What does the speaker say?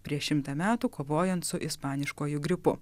prieš šimtą metų kovojant su ispaniškuoju gripu